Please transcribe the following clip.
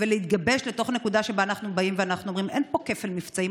ולהתגבש לתוך נקודה שבה אנחנו באים ואנחנו אומרים: אין פה כפל מבצעים.